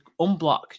unblock